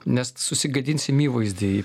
nes susigadinsim įvaizdį